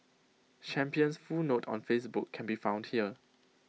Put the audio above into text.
champion's full note on Facebook can be found here